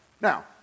now